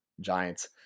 Giants